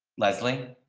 leslie